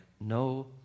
no